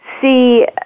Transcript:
see